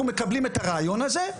אנחנו מקבלים את הרעיון הזה,